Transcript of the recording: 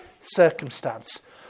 circumstance